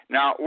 Now